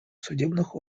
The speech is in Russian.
судебных